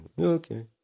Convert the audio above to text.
Okay